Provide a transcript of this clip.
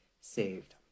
saved